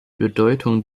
bedeutung